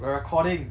we're recording